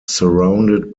surrounded